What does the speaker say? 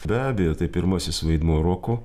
be abejo tai pirmasis vaidmuo roko